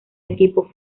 equipo